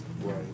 right